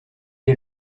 est